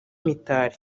mitali